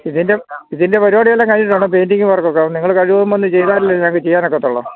ഇതിന്റെ ഇതിൻറെ പരിപാടിയെല്ലാം കഴിഞ്ഞിട്ട് വേണം പെയിൻറിംഗ് വർക്കൊക്കെ നിങ്ങള് കഴിവതും വേഗമൊന്ന് ചെയ്താലല്ലേ ഞങ്ങള്ക്ക് ചെയ്യാനൊക്കുകയുള്ളൂ